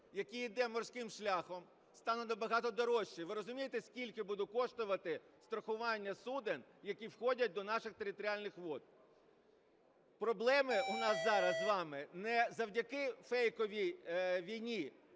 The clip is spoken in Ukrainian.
який іде морським шляхом, стане набагато дорожчим. Ви розумієте, скільки буде коштувати страхування суден, які входять до наших територіальних вод? Проблеми у нас зараз з вами не завдяки фейковій війні,